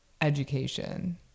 education